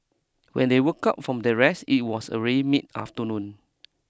when they woke up from their rest it was already mid afternoon